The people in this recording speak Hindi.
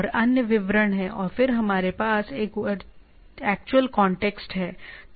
और अन्य विवरण हैं और फिर हमारे पास वह एक्चुअल कॉन्टेक्स्ट है